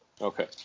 Okay